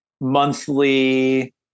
monthly